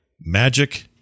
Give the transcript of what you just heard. Magic